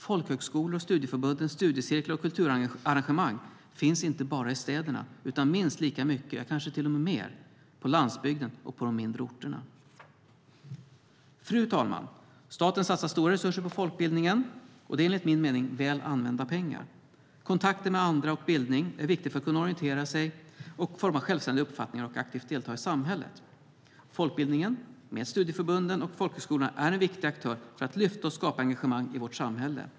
Folkhögskolor, studieförbundens studiecirklar och kulturarrangemang finns inte bara i städerna utan minst lika mycket och kanske till och med mer på landsbygden och på mindre orter. Fru talman! Staten satsar stora resurser på folkbildningen. Det är enligt min mening väl använda pengar. Kontakter med andra och bildning är viktigt för att kunna orientera sig, forma självständiga uppfattningar och aktivt delta i samhället. Folkbildningen, med studieförbunden och folkhögskolorna, är en viktig aktör för att lyfta och skapa engagemang i vårt samhälle.